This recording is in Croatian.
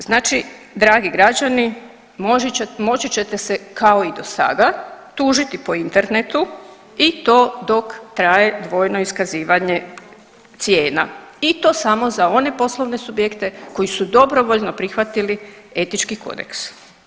Znači dragi građani moći ćete se kao i do sada tužiti po internetu i to dok traje dvojno iskazivanje cijena i to samo za one poslovne subjekte koji su dobrovoljno prihvatili Etički kodeks.